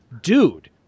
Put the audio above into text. dude